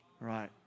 right